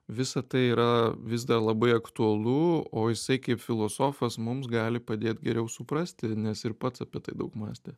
visa tai yra vis dar labai aktualu o jisai kaip filosofas mums gali padėt geriau suprasti nes ir pats apie tai daug mąstė